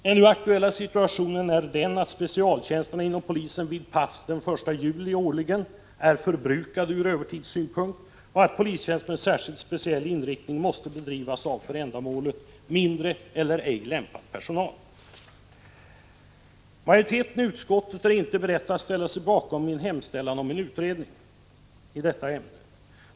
Den nu aktuella situationen är den att specialtjänsterna inom polisen vid pass den 1 juli årligen är förbrukade ur övertidssynpunkt och att polistjänst med särskild speciell inriktning måste bedrivas av för ändamålet mindre lämpad eller ej alls lämpad personal. Majoriteten i utskottet är inte beredd att ställa sig bakom min hemställan om en utredning i detta ämne.